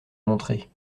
montrer